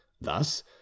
thus